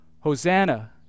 Hosanna